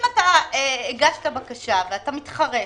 אם אתה הגשת בקשה, ואתה מתחרט,